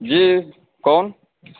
जी कौन